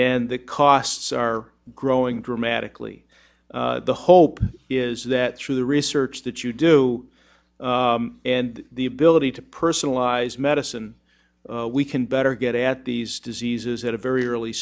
and the costs are growing dramatically the hope is that through the research that you do and the ability to personalize medicine we can better get at these diseases at a very early